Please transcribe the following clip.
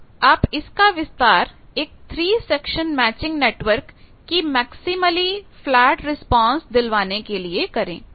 अब आप इसका विस्तार एक 3 सेक्शन मैचिंग नेटवर्क को मैक्सीमली फ्लैट रिस्पांस दिलवाने के लिए करें